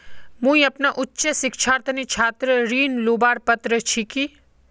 मुई अपना उच्च शिक्षार तने छात्र ऋण लुबार पत्र छि कि?